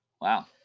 Wow